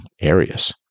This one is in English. areas